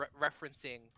referencing